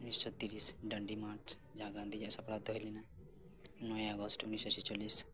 ᱩᱱᱤᱥᱥᱚ ᱛᱤᱨᱤᱥ ᱰᱟᱸᱰᱤ ᱢᱟᱴᱷ ᱡᱟᱦᱟᱸ ᱜᱟᱱᱫᱷᱤᱡᱤᱭᱟᱜ ᱥᱟᱯᱲᱟᱣ ᱛᱮ ᱦᱩᱭ ᱞᱮᱱᱟ ᱱᱚᱭᱮᱭ ᱟᱜᱚᱥᱴ ᱩᱱᱤᱥᱥᱚ ᱪᱷᱮᱪᱪᱳᱞᱞᱤᱥ